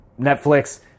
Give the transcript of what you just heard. Netflix